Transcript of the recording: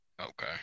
Okay